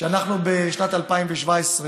שנת 2017,